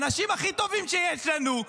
האנשים הכי טובים שיש לנו,